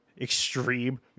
extreme